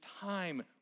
time